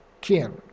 kin